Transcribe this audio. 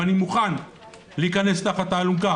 ואני מוכן להיכנס תחת האלונקה